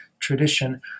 tradition